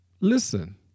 listen